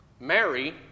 Mary